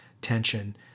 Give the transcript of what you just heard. tension